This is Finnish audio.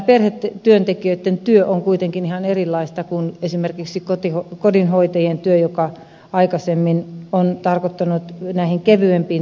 tämä perhetyöntekijöitten työ on kuitenkin ihan erilaista kuin esimerkiksi kodinhoitajien työ joka aikaisemmin on tarkoittanut kevyempiä toimenpiteitä